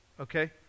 Okay